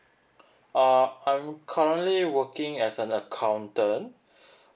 uh I'm currently working as an accountant